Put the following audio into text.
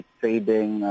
trading